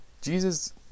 jesus